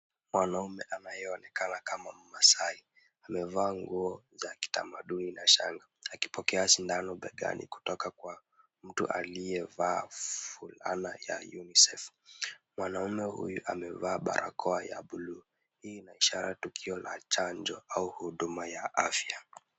Mwanaume anayeonekana kama mmaasai, amevaa nguo ya kitamaduni na shanga akipokea sindano begani kutoka kwa mtu aliyevaa fulana ya UNICEF. Mwanaume huyu amevaa barakoa ya bluu, hii ina ishara tukio la chanjo au huduma ya afya.